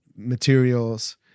Materials